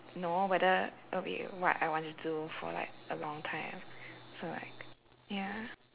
know whether it'll be what I want to do for a long time so like ya